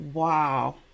Wow